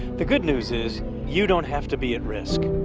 the good news is you don't have to be at risk.